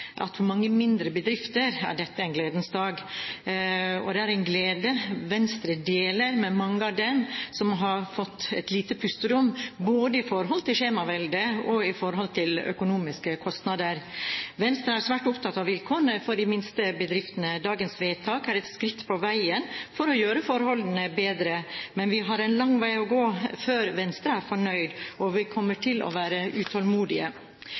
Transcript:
at for mange mindre bedrifter er dette en gledens dag. Og det er en glede Venstre deler med mange av dem som har fått et lite pusterom både i forhold til skjemavelde og i forhold til økonomiske kostnader. Venstre er svært opptatt av vilkårene for de minste bedriftene. Dagens vedtak er et skritt på veien for å gjøre forholdene bedre, men vi har en lang vei å gå før Venstre er fornøyd. Og vi kommer til å være utålmodige.